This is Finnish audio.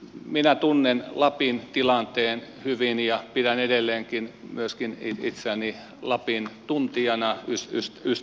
minä tunnen lapin tilanteen hyvin ja pidän edelleenkin myöskin itseäni lapin tuntijana ystävänä